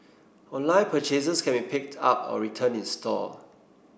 online purchases can be picked up or returned in store